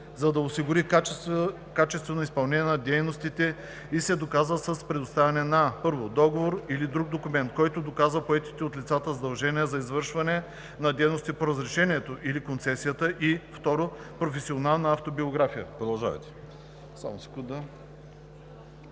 за да се осигури качествено изпълнение на дейностите, и се доказват с предоставянето на: 1. договор или друг документ, който доказва поетите от лицата задължения за извършване на дейностите по разрешението или концесията, и 2. професионална автобиография.“ Комисията подкрепя